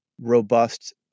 robust